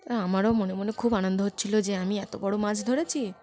তা আমারও মনে মনে খুব আনন্দ হচ্ছিল যে আমি এত বড় মাছ ধরেছি